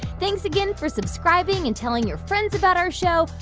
thanks again for subscribing and telling your friends about our show.